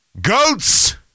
Goats